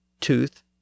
tooth